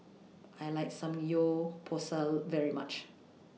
I like Samgyeopsal very much